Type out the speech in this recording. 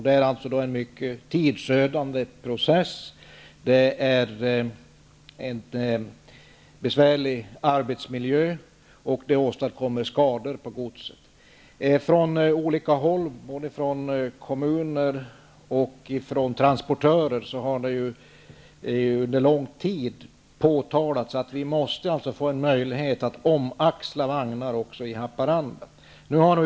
Det är en mycket tidsödande process, det innebär en besvärlig arbetsmiljö och det åsamkar skador på godset. Från olika håll, både från kommuner och från transportörer, har det under en lång tid påpekats att vi måste få en möjlighet att omaxla vagnar också i Haparanda.